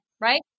right